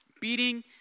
Beating